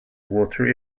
water